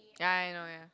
yeah I know yeah